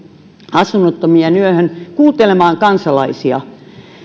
asunnottomien yöhön kuuntelemaan kansalaisia